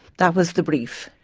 that was the brief.